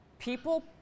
People